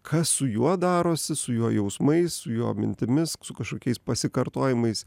kas su juo darosi su jo jausmais su jo mintimis su kažkokiais pasikartojimais